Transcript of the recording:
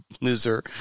loser